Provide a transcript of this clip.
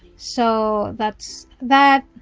so that's that.